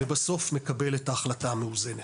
ובסוף מקבל את ההחלטה המאוזנת.